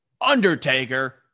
Undertaker